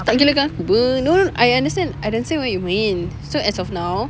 dia tak gila kan aku [pe] no I understand I understand what you mean so as of now